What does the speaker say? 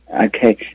Okay